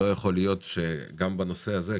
לא יכול להיות שבנושא הזה,